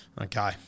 Okay